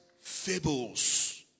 fables